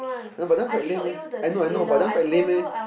ah but that one quite lame eh I know I know but that one quite lame eh